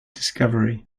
discovery